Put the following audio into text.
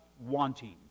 wanting